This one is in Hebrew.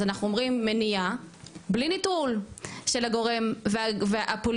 אז אנחנו אומרים מניעה בלי ניטול של הגורם הפוליטי,